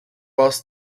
waltz